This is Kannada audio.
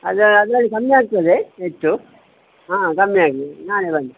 ಅದ ಅದರಲ್ಲಿ ಕಮ್ಮಿ ಆಗ್ತದೆ ಹೆಚ್ಚು ಹಾಂ ಕಮ್ಮಿ ಆಗ್ತದೆ ನಾಳೆ ಬನ್ನಿ